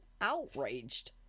outraged